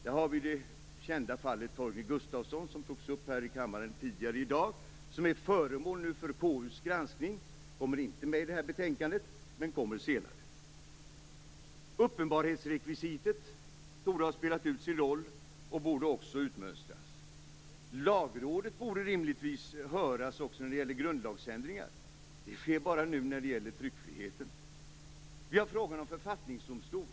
Där har vi det kända fallet Torgny Gustafsson, som togs upp här i kammaren tidigare i dag. Det är nu föremål för KU:s granskning, och kommer inte med i det här betänkandet utan senare. Uppenbarhetsrekvisitet torde ha spelat ut sin roll, och borde också utmönstras. Lagrådet borde rimligtvis höras också när det gäller grundlagsändringar. Det sker nu bara i tryckfrihetsfallen. Vi har också frågan om en författningsdomstol.